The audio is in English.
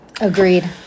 Agreed